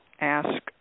ask